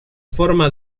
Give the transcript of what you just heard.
forma